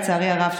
לצערי הרב,